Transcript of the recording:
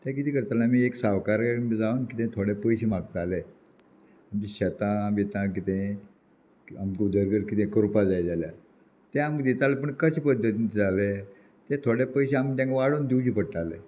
ते कितें करताले आमी एक सावकार जावन कितें थोडे पयशे मागताले आमचे शेतां बितां कितें आमकां उदरगत कितें करपा जाय जाल्यार ते आमकां दिताले पूण कशें पद्दतीन जाले तें थोडे पयशे आमी तेंका वाडोवन दिवचे पडटाले